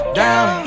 down